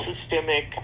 systemic